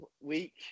week